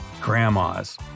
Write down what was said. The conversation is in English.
Grandmas